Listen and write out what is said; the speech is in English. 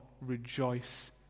rejoice